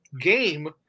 game